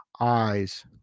eyes